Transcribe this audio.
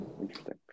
Interesting